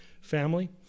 family